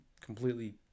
completely